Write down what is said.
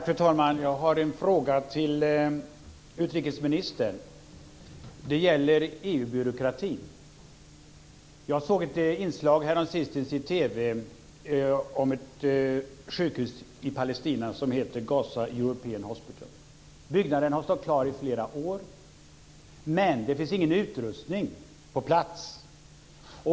Fru talman! Jag har en fråga till utrikesministern. Det gäller EU-byråkratin. Jag såg ett inslag häromsistens i TV om ett sjukhus i Palestina som heter Gaza European Hospital. Byggnaden har stått klar i flera år. Men det finns ingen utrustning på plats.